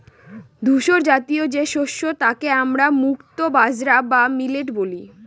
ধূসরজাতীয় যে শস্য তাকে আমরা মুক্তো বাজরা বা মিলেট বলি